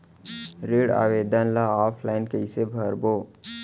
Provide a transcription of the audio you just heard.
ऋण आवेदन ल ऑफलाइन कइसे भरबो?